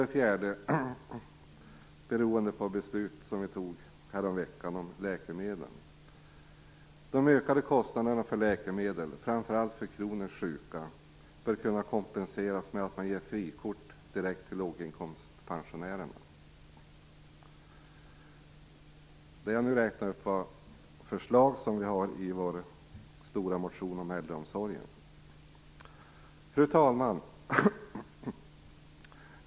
De ökade kostnaderna för läkemedel, framför allt för kroniskt sjuka - beroende på beslut vi fattade häromveckan - bör kunna kompenseras genom att man direkt ger frikort till låginkomstpensionärerna. Det jag nu räknade upp var förslag som vi har i vår stora motion om äldreomsorgen. Fru talman!